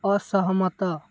ଅସହମତ